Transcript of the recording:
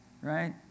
right